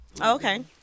Okay